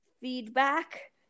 feedback